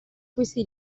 questi